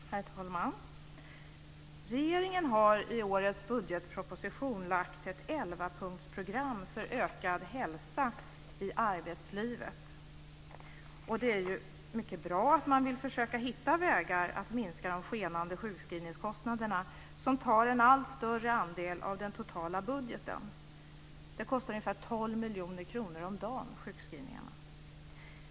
Herr talman! Regeringen har i årets budgetproposition lagt fram ett elvapunktsprogram för ökad hälsa i arbetslivet. Det är mycket bra att man vill försöka att hitta vägar att minska de skenande sjukskrivningskostnaderna, som tar en allt större andel av den totala budgeten. Sjukskrivningarna kostar ungefär 12 miljoner kronor om dagen.